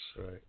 Right